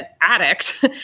addict